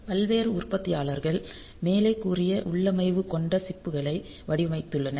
பல்வேறு உற்பத்தியாளர்கள் மேலே கூறிய உள்ளமைவு கொண்ட சிப் களை வடிவமைத்துள்ளனர்